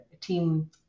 team